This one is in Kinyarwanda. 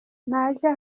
ntajya